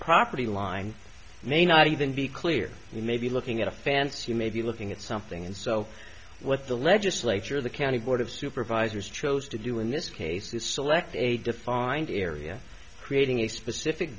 property line may not even be clear you may be looking at a fancy you may be looking at something and so what the legislature the county board of supervisors chose to do in this case is select a defined area creating a specific